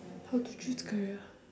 how to choose career